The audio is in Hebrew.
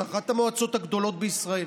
זו אחת המועצות הגדולות בישראל.